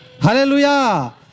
Hallelujah